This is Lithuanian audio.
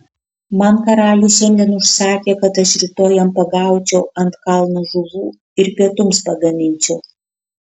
man karalius šiandien užsakė kad aš rytoj jam pagaučiau ant kalno žuvų ir pietums pagaminčiau